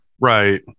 Right